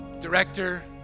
director